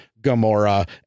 Gamora